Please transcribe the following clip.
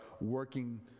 working